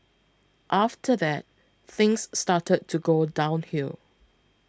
after that things started to go downhill